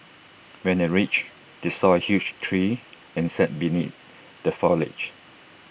when they reached they saw A huge tree and sat beneath the foliage